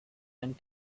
and